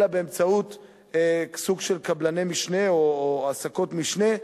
אלא באמצעות סוג של קבלני משנה או העסקות משנה.